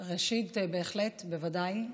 ראשית, בהחלט, בוודאי.